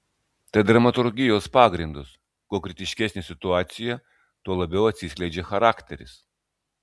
tai dramaturgijos pagrindas kuo kritiškesnė situacija tuo labiau atsiskleidžia charakteris